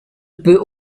peut